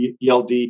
ELD